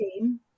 team